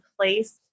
place